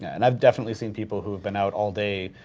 and i've definitely seen people who've been out all day,